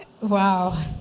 Wow